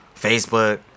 Facebook